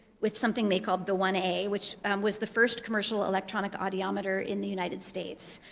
with something they called the one a, which was the first commercial electronic audiometer in the united states.